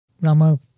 rama